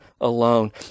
alone